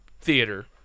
theater